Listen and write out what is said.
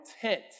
tent